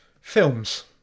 films